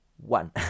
One